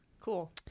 Cool